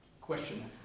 question